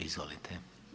Izvolite.